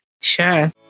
Sure